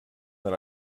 that